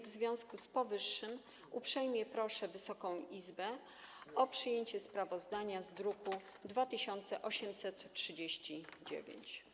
W związku z powyższym uprzejmie proszę Wysoką Izbę o przyjęcie sprawozdania z druku nr 2839.